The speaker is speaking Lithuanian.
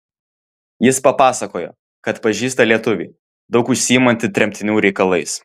jis papasakojo kad pažįsta lietuvį daug užsiimantį tremtinių reikalais